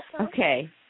Okay